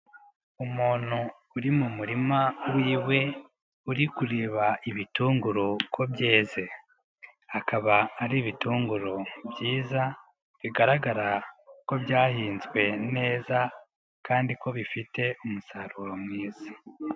Umuntu uri mu murima w'iwe, uri kureba ibitunguru ko byeze, akaba ari ibitunguru byiza, bigaragara ko byahinzwe neza kandi ko bifite umusaruro mwiza.